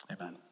Amen